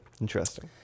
Interesting